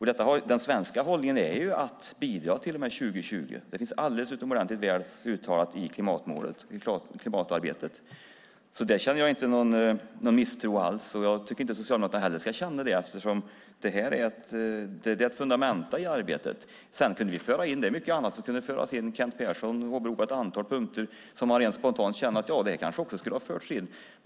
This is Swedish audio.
Den svenska hållningen är att bidra till och med 2020. Det finns alldeles utomordentligt väl uttalat i klimatarbetet. Jag känner inte någon misstro alls. Jag tycker inte heller att Socialdemokraterna ska känna så. Det här är fundamenta i arbetet. Det är mycket som kan föras in. Kent Persson åberopade ett antal punkter som jag rent spontant kan känna borde ha förts in.